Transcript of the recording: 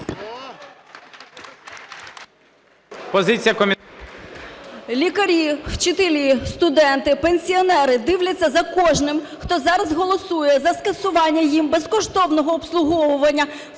Лікарі, вчителі, студенти, пенсіонери дивляться за кожним, хто зараз голосує за скасування їм безкоштовного обслуговування